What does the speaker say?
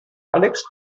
alex